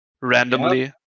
randomly